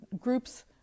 groups